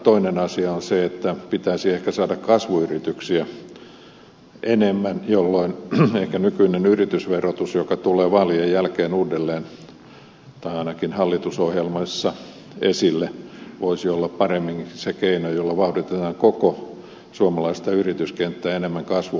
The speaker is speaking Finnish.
toinen asia on se että pitäisi ehkä saada kasvuyrityksiä enemmän jolloin ehkä nykyinen yritysverotus joka tulee vaalien jälkeen uudelleen tai ainakin hallitusohjelmassa esille voisi olla paremmin se keino jolla vauhditetaan koko suomalaista yrityskenttää enemmän kasvuhakuiseksi